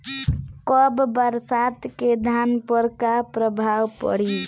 कम बरसात के धान पर का प्रभाव पड़ी?